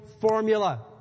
formula